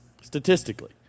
Statistically